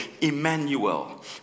Emmanuel